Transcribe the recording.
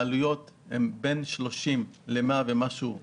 העלויות הן בין 30 ל-100 ומשהו אירו.